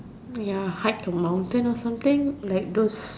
ya hike a mountain or something like those